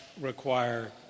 require